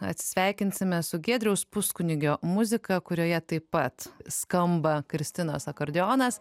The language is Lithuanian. atsisveikinsime su giedriaus puskunigio muzika kurioje taip pat skamba kristinos akordeonas